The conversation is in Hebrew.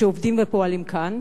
שעובדים ופועלים כאן,